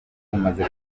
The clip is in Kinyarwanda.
bumaze